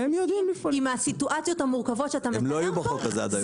עם הסיטואציות המורכבות שאתה מתאר פה,